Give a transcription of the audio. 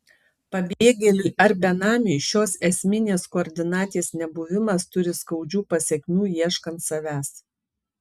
pabėgėliui ar benamiui šios esminės koordinatės nebuvimas turi skaudžių pasekmių ieškant savęs